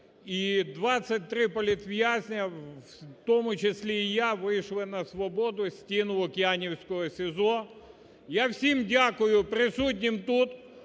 і 23 політв'язня, в тому числі і я, вийшли на свободу з стін Лук'янівського СІЗО. Я всім дякую присутнім тут,